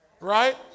Right